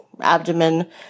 abdomen